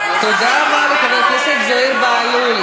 זוהיר, בוא, אני אתן לך חיבוק, בוא.